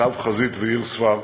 קו חזית ועיר ספר,